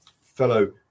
fellow